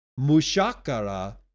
Mushakara